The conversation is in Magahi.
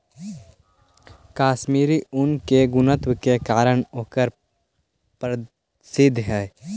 कश्मीरी ऊन के गुणवत्ता के कारण ओकर प्रसिद्धि हइ